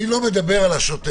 אני לא מדבר על השוטף.